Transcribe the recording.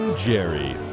Jerry